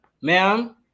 ma'am